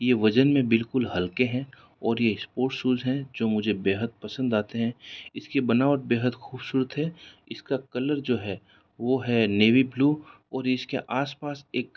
ये वजन में बिल्कुल हल्के हैं और ये स्पोर्ट्स शूज़ हैं जो मुझे बेहद पसंद आते हैं इसके बनावट बेहद खूबसूरत है इसका कलर जो है वो है नेवी ब्लू और इसके आसपास